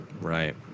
Right